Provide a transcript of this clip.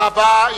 תודה רבה.